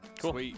Cool